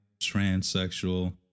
transsexual